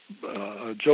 Joe